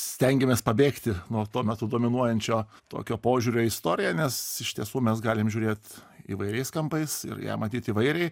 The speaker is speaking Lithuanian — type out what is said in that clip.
stengėmės pabėgti nuo tuo metu dominuojančio tokio požiūrio istoriją nes iš tiesų mes galim žiūrėt įvairiais kampais ir ją matyt įvairiai